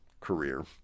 career